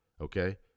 okay